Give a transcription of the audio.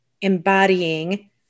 embodying